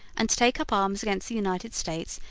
and to take up arms against the united states,